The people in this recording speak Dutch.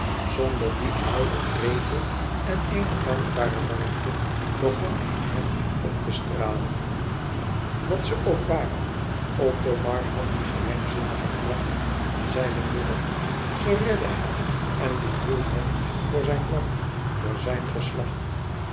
zonder dien ouden wrevel en eene dankbare warmte begon in hem op te stralen wat ze ook ware othomar had die geheimzinnige kracht van zijne moeder ze redde hem en behield hem voor zijn land voor zijn geslacht